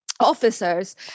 officers